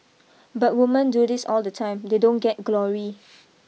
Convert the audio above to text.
but women do this all the time they don't get glory